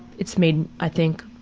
it's made, i think,